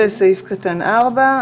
(4)